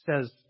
says